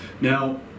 Now